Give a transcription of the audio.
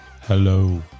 Hello